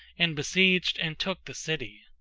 and besieged and took the city.